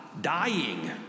dying